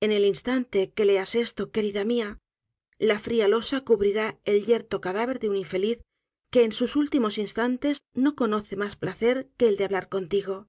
en el instante que leas esto querida mia la fria losa cubrirá el yerto cadáver de un infeliz que en sus últimos instantes no conoce mas placer que el de hablar contigo